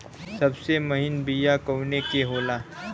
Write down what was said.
सबसे महीन बिया कवने के होला?